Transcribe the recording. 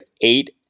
eight